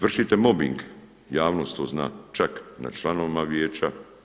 Vršite mobbing javnost to zna čak nad članovima Vijeća.